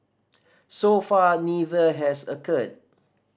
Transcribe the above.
so far neither has occurred